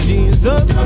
Jesus